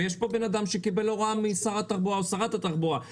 יש פה בן אדם שקיבל הוראה משר התחבורה או שרת התחבורה.